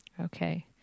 Okay